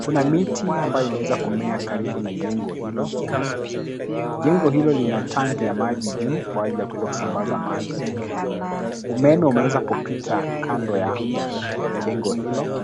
kuna miti ambayo imeweza kumea karibu na jengo hilo. Jengo hilo lina tanki ya maji juu kwa ajili ya kuweza kusambaza maji. Umeme umeweza kupita kando ya jengo hilo.